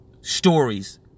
stories